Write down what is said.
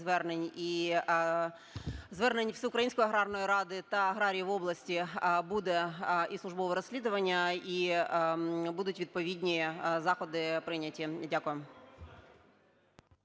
звернень і звернень Всеукраїнської Аграрної ради та аграріїв області буде і службове розслідування, і будуть відповідні заходи прийняті. Дякую.